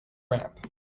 ramp